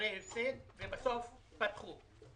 במחירי הפסד ובסוף פתחו.